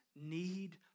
need